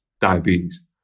diabetes